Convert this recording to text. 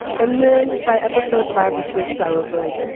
and then by episode five or six i was like,